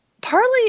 Partly